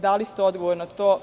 Dali ste odgovor na to.